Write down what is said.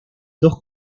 dos